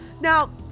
now